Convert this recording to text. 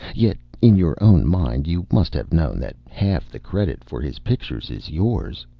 yet in your own mind you must have known that half the credit for his pictures is yours.